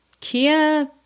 Kia